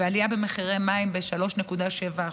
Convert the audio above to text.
ועלייה במחירי המים ב-3.7%,